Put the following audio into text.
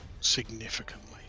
significantly